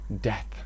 death